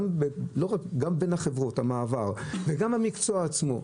על חוסר היציבות שיש גם במעבר בין החברות וגם במקצוע עצמו.